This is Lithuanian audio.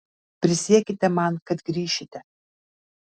prisiekite man kad grįšite